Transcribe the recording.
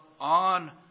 on